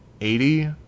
Eighty